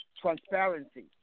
transparency